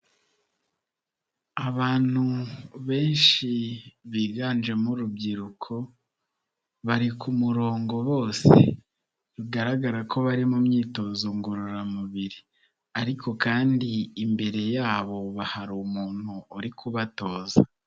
Abantu benshi biganjemo urubyiruko, bari ku murongo bose. Bigaragara ko bari mu myitozo ngorora mubiri ariko kandi imbere ya bo hari umuntu uri kubatoza.